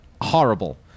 horrible